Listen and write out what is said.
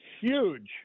huge